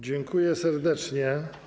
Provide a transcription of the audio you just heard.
Dziękuję serdecznie.